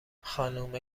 خانومه